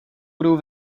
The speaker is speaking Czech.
budou